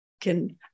can-